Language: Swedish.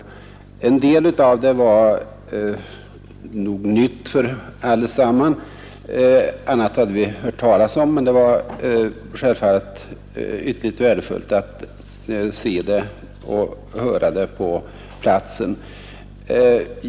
En del av det vi såg var nog nytt för allesammans; annat EE janter hade vi hört talas om, men det var självfallet ytterligt värdefullt att se nyheterna och höra om dem på platsen.